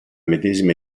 medesima